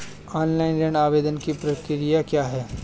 Online ऋण आवेदन की प्रक्रिया क्या है?